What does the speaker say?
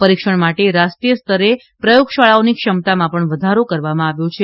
પરીક્ષણ માટે રાષ્ટ્રીયસ્તરે પ્રયોગશાળાઓની ક્ષમતામાં પણ વધારો કરવામાં આવ્યો છે